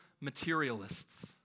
materialists